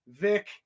Vic